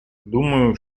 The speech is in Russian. думаю